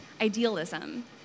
idealism